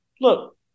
Look